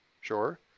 Sure